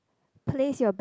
place your bag